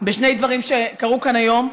בשני דברים שקרו כאן היום.